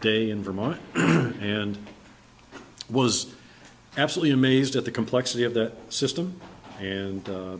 day in vermont and was absolutely amazed at the complexity of that system and